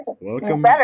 welcome